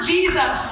Jesus